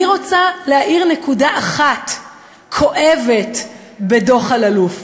אני רוצה להאיר נקודה אחת כואבת בדוח אלאלוף,